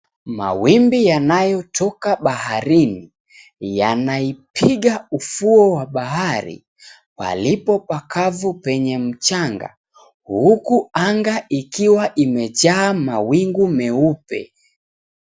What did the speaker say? Mawimbi yanayotoka baharini, yanaipiga ufuo wa bahari palipopakavu penye mchanga, huku anga ikiwa imejaa mawingu meupe.